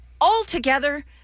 altogether